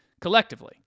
collectively